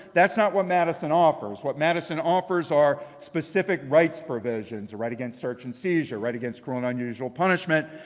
that's not what madison offers. what madison offers are specific rights provisions. a right against search and seizure. a right against cruel and unusual punishment.